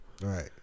Right